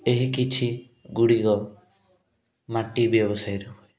ଏହିକିଛି ଗୁଡ଼ିକ ମାଟି ବ୍ୟବସାୟରେ ହୁଏ